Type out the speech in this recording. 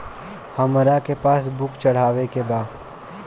हमरा के पास बुक चढ़ावे के बा?